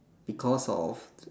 because of